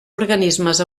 organismes